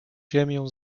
ziemią